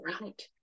right